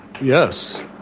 Yes